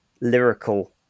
lyrical